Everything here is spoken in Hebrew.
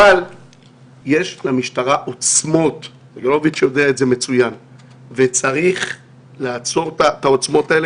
יש למשטרה עוצמות וצריך לעצור אותן.